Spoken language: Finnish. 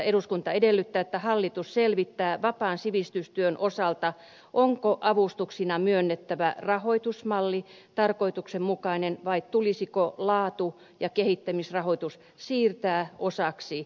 eduskunta edellyttää että hallitus selvittää vapaan sivistystyön osalta onko avustuksina myönnettävä rahoitusmalli tarkoituksenmukainen vai tulisiko laatu ja kehittämisrahoitus siirtää osaksi valtionosuusrahoitusta